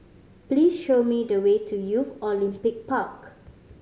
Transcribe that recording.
please show me the way to Youth Olympic Park